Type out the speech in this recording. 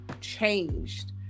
changed